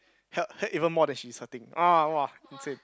hurt hurt even more than she's hurting orh !wah! insane